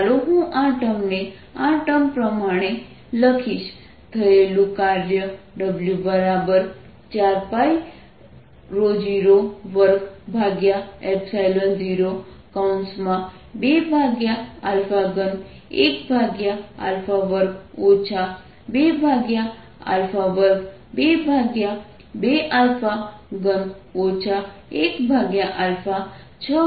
ચાલો હું આ ટર્મને આ ટર્મ પ્રમાણે લખીશ થયેલું કાર્યW4π0202312 2222α3 162α4 2312α2 છે